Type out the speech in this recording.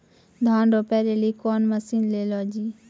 धान रोपे लिली कौन मसीन ले लो जी?